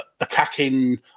attacking